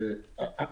אדוני.